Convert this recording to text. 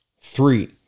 Three